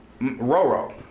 Roro